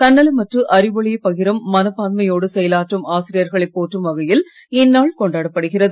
தன்னலமற்று அறிவொளியை பகிரும் மனப்பான்மையோடு செயலாற்றும் ஆசிரியர்களை போற்றும் வகையில் இந்நாள் கொண்டாடப்படுகிறது